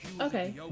okay